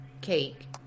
cake